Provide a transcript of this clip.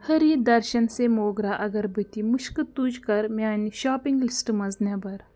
ہری درشن سیٚہ موگرٛا اگربتی مُشکہِ تُج کَر میٛانہِ شاپنٛگ لِسٹہٕ منٛز نٮ۪بر